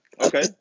okay